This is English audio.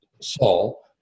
Saul